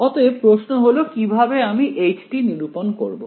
অতএব প্রশ্ন হল কিভাবে আমি h নিরূপণ করব